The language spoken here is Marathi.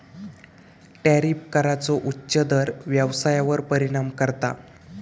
टॅरिफ कराचो उच्च दर व्यवसायावर परिणाम करता